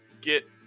get